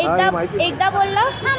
मोबाइलमध्ये जियोचे रिचार्ज कसे मारायचे?